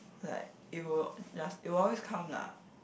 like it will just it will always come lah